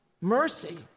mercy